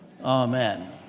Amen